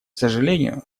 сожалению